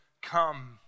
Come